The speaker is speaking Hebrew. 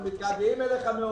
אנחנו מתגעגעים אליך מאוד.